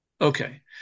Okay